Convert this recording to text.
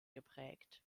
geprägt